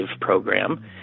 program